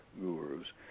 gurus